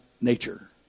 nature